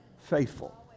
faithful